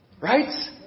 right